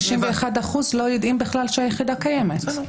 91% לא יודעים בכלל שהיחידה קיימת.